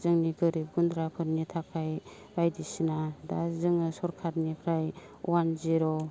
जोंनि गोरिब गुन्द्राफोरनि थाखाय बायदिसिना दा जोङो सरखारनिफ्राय अवान जिर'